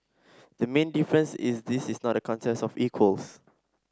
the main difference is this is not a contest of equals